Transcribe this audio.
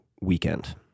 weekend